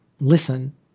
listen